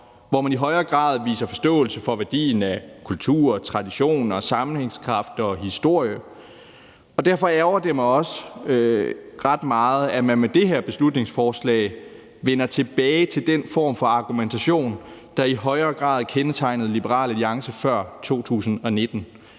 viser i højere grad forståelse for værdien af kultur, traditioner, sammenhængskraft og historie. Derfor ærgrer det mig også ret meget, at man med det her beslutningsforslag vender tilbage til den form for argumentation, der i højere grad kendetegnede Liberal Alliance før 2019.